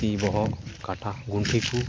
ᱛᱤ ᱵᱚᱦᱚᱜ ᱠᱟᱴᱟ ᱜᱩᱱᱴᱷᱤ ᱠᱚ